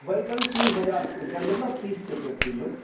बैगन तीन हजार क़्विन्टल मतलब तीस टके किलो